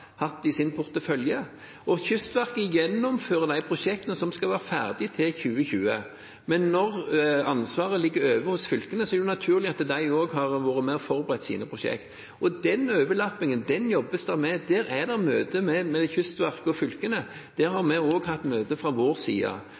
hatt i sin portefølje. Kystverket gjennomfører de prosjektene som skal være ferdig til 2020. Men når ansvaret ligger hos fylkene, er det naturlig at de også har vært med og forberedt sine prosjekt. Den overlappingen jobbes det med. Det er møter mellom Kystverket og fylkene, og vi har også hatt møter fra vår side.